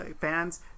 fans